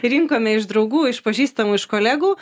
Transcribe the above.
rinkome iš draugų iš pažįstamų iš kolegų